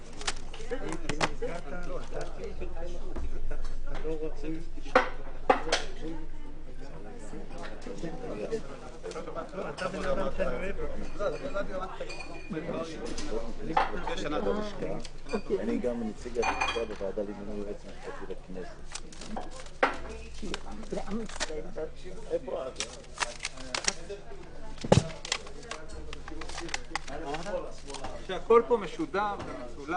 12:50.